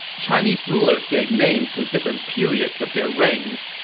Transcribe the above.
chinese rulers gave names to different periods of their reigns,